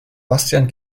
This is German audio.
bastian